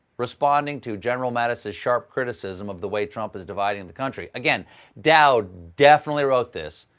responding to general mattis's sharp criticism of the way trump is dividing the country. again dowd definitely wrote this.